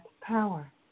power